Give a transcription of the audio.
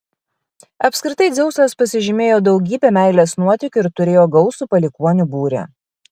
apskritai dzeusas pasižymėjo daugybe meilės nuotykių ir turėjo gausų palikuonių būrį